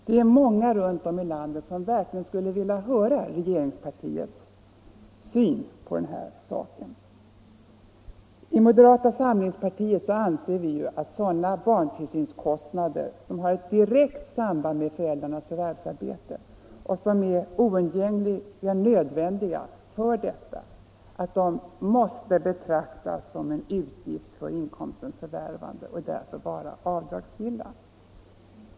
Det är många runt om i landet som verkligen skulle vilja höra regeringspartiets syn på denna sak. I moderata samlingspartiet anser vi att sådana barntillsynskostnader som har ett direkt samband med föräldrarnas förvärvsarbete och som är oundgängligen nödvändiga för detta skall betraktas som utgifter för inkomstens förvärvande och därför vara avdragsgilla.